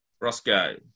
Roscoe